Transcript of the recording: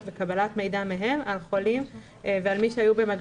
וקבלת מידע מהן על חולים ועל מי שהיו במגע.